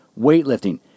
weightlifting